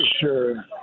Sure